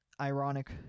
ironic